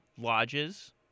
Lodges